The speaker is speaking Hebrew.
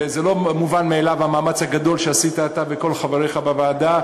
זה לא מובן מאליו המאמץ הגדול שעשית אתה וכל חבריך בוועדה,